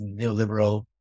neoliberal